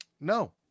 No